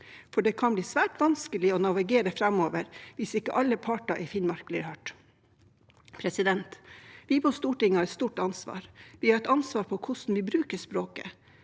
for det kan bli svært vanskelig å navigere framover hvis ikke alle parter i Finnmark blir hørt. Vi på Stortinget har et stort ansvar. Vi har et ansvar for hvordan vi bruker språket.